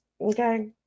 Okay